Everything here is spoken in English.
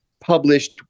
published